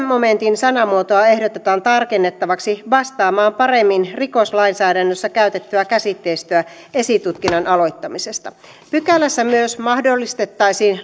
momentin sanamuotoa ehdotetaan tarkennettavaksi vastaamaan paremmin rikoslainsäädännössä käytettyä käsitteistöä esitutkinnan aloittamisesta pykälässä myös mahdollistettaisiin